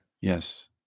Yes